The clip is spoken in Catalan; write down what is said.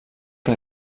que